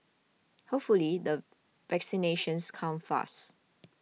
hopefully the vaccinations come fast